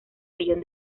millón